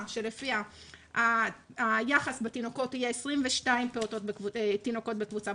שלפיה היחס בתינוקות יהיה 22 תינוקות בקבוצה,